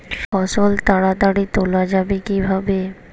ফসল তাড়াতাড়ি তোলা যাবে কিভাবে?